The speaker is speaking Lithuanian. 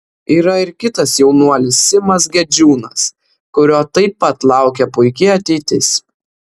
yra ir kitas jaunuolis simas gedžiūnas kurio taip pat laukia puiki ateitis